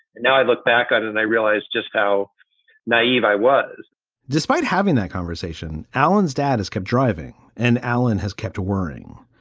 now i look back on and i realized just how naive i was despite having that conversation alan's dad has kept driving. and alan has kept working.